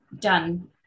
done